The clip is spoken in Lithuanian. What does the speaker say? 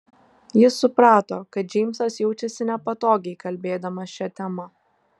ji suprato kad džeimsas jaučiasi nepatogiai kalbėdamas šia tema